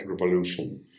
revolution